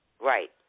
Right